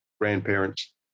grandparents